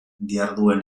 diharduen